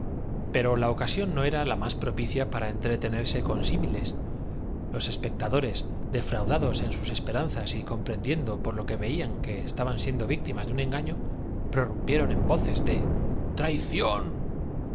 pero la ocasión no era la más propicia para entre tenerse con símiles los espectadores defraudados en sus esperanzas y comprendiendo por lo que veían que estaban siendo victimas de un engaño prorrumpieron en voces de j traición